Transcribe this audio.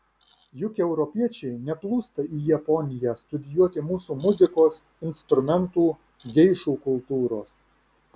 juk europiečiai neplūsta į japoniją studijuoti mūsų muzikos instrumentų geišų kultūros